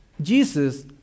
Jesus